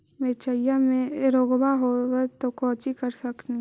मिर्चया मे रोग्बा होब है तो कौची कर हखिन?